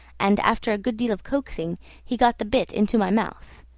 and after a good deal of coaxing he got the bit into my mouth,